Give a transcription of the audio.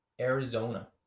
Arizona